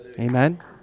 Amen